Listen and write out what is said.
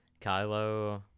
Kylo